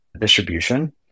distribution